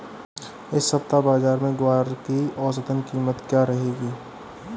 इस सप्ताह बाज़ार में ग्वार की औसतन कीमत क्या रहेगी?